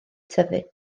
tyfu